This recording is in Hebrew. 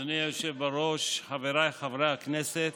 אדוני היושב-ראש, חבריי חברי הכנסת,